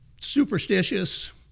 superstitious